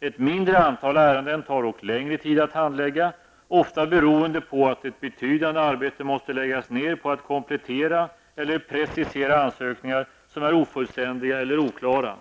Ett mindre antal ärenden tar dock längre tid att handlägga, ofta beroende på att ett betydande arbete måste läggas ned på att komplettera eller precisera ansökningar som är ofullständiga eller oklara.